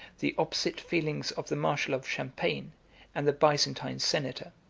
the opposite feelings of the marshal of champagne and the byzantine senator.